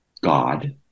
god